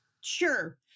Sure